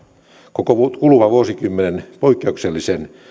koko kuluvan vuosikymmenen poikkeuksellisen